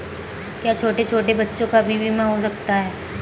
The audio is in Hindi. क्या छोटे छोटे बच्चों का भी बीमा हो सकता है?